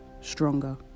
stronger